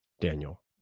Daniel